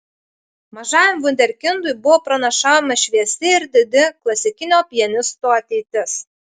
mažajam vunderkindui buvo pranašaujama šviesi ir didi klasikinio pianisto ateitis